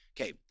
okay